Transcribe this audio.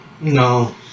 No